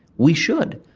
we should,